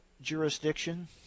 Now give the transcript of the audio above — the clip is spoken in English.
jurisdiction